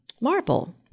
marble